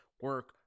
Work